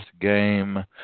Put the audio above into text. game